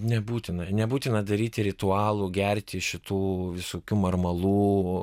nebūtina nebūtina daryti ritualų gerti šitų visokių marmalų